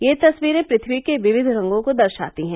यह तस्वीरें पृथ्वी के विविध रंगों को दर्शाती हैं